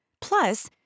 Plus